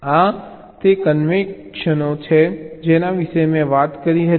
આ તે કન્વેનશનો છે જેના વિશે મેં વાત કરી હતી